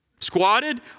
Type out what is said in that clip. Squatted